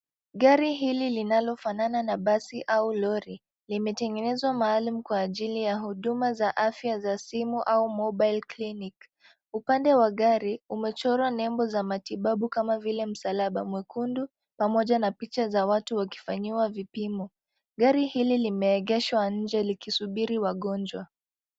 Gari hili linalofanana na basi au lori limetengenezwa maalum kwa ajili ya huduma za afya za simu au mobile clinic . Upande wa gari umechorwa nembo za matibabu kama vile msalaba mwekundu pamoja na picha za watu wakifanyiwa vipimo. Gari hili limeegeshwa nje likisubiri wagonjwa.